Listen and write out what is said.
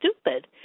stupid